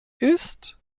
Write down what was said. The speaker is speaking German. ist